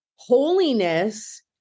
Holiness